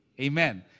Amen